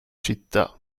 città